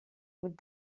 would